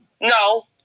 No